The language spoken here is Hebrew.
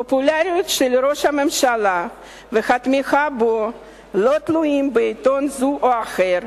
הפופולריות של ראש הממשלה והתמיכה בו לא תלויים בעיתון זה או אחר,